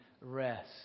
rest